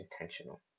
intentional